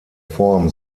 form